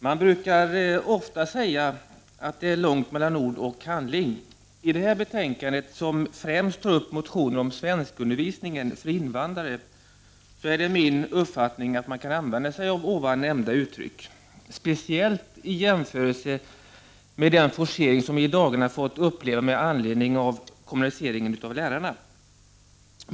Herr talman! Man brukar ofta säga att det är långt mellan ord och handling. I det här betänkandet, som främst tar upp motioner om svenskundervisningen för invandrare, är det min uppfattning att man kan använda sig av nämnda uttryck. Speciellt i jämförelse med den forcering som vi i dagarna fått uppleva med anledning av kommunaliseringen av lärarna.